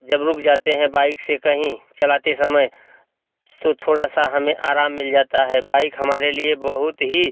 जब रुक जाते हैं बाइक से कहीं चलाते समय तो थोड़ा सा हमें आराम मिल जाता है बाइक हमारे लिए बहुत ही